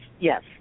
yes